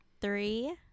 three